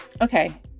Okay